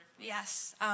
yes